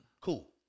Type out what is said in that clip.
Cool